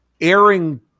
airing